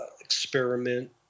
experiment